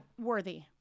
Worthy